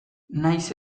nahiz